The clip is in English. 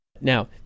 Now